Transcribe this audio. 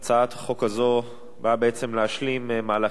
הכנסת אושרה ברוב של 11 תומכים וללא מתנגדים וללא נמנעים.